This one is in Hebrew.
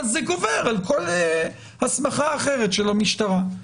זה גובר על כל הסמכה אחרת של המשטרה.